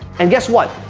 and guess what?